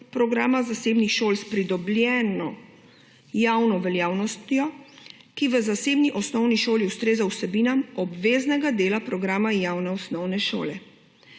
programa zasebnih šol s pridobljeno javno veljavnostjo, ki v zasebni osnovni šoli ustreza vsebinam obveznega dela programa javne osnovne šole.